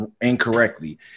incorrectly